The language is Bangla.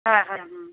হ্যাঁ হ্যাঁ হুম